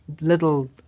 little